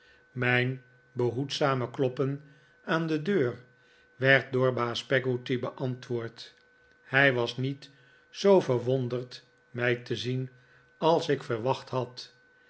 mijn behoedzame kloppen aan de deur werd door baas peggotty beantwoord hij was niet zoo verwonderd mij te zien als ik verwacht had